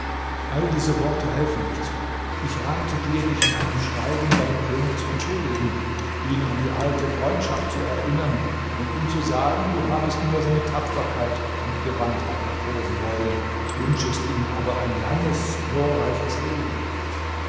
alle diese worte helfen nichts ich rate dir dich in einem schreiben bei dem könig zu entschuldigen ihn an die alte freundschaft zu erinnern und ihm zu sagen du habest nur seine tapferkeit und gewandtheit erproben wollen wünschest ihm aber ein langes glorreiches leben